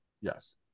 Yes